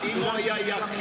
אם הוא היה היחיד,